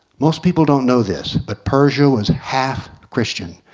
most people don't know this, but persia was half christian.